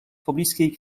pobliskiej